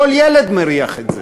כל ילד מריח את זה.